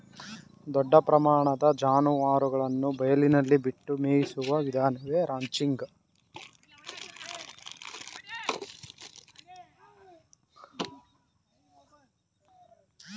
ದೊಡ್ಡ ಪ್ರಮಾಣದ ಜಾನುವಾರುಗಳನ್ನು ಬಯಲಿನಲ್ಲಿ ಬಿಟ್ಟು ಮೇಯಿಸುವ ವಿಧಾನವೇ ರಾಂಚಿಂಗ್